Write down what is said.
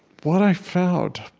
what i found,